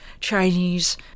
Chinese